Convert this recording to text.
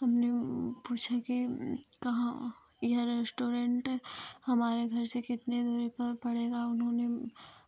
हमने पूछा कि कहाँ यह रेस्टोरेंट हमारे घर से कितनी दूरी पर पड़ेगा उन्होंने